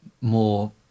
more